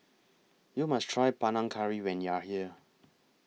YOU must Try Panang Curry when YOU Are here